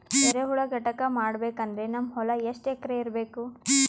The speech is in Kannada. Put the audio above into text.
ಎರೆಹುಳ ಘಟಕ ಮಾಡಬೇಕಂದ್ರೆ ನಮ್ಮ ಹೊಲ ಎಷ್ಟು ಎಕರ್ ಇರಬೇಕು?